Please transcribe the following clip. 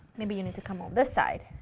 maybe you need to come on this side,